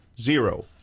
zero